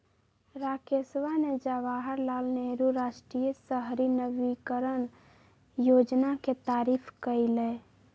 राकेशवा ने जवाहर लाल नेहरू राष्ट्रीय शहरी नवीकरण योजना के तारीफ कईलय